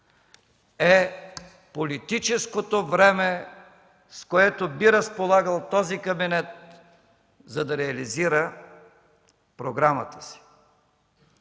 е политическото време, с което би разполагал този кабинет, за да реализира програмата си.